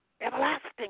everlasting